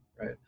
right